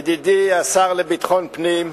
ידידי השר לביטחון פנים,